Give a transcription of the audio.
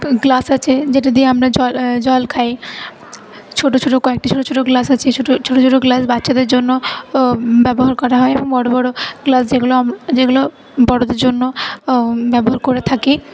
glass আছে যেটা দিয়ে আমরা জল জল খাই ছোটো ছোটো কয়েকটি ছোটো ছোটো গ্লাস আছে ছোটো ছোটো ছোটো গ্লাস বাচ্চাদের জন্য ব্যবহার করা হয় এবং বড়ো বড়ো গ্লাস যেগুলো যেগুলো বড়োদের জন্য ব্যবহার করে থাকি